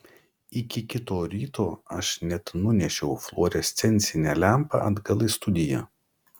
iki kito ryto aš net nunešiau fluorescencinę lempą atgal į studiją